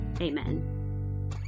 amen